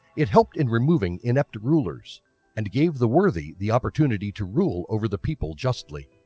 it helped in removing inept rulers and gave the worthy the opportunity to rule over the people justly.